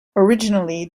originally